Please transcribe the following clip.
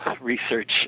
research